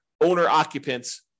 owner-occupants